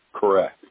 Correct